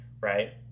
Right